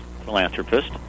philanthropist